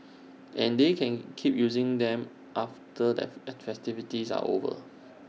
and they can keep using them after the attractives are over